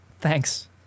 Thanks